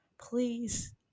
Please